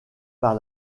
par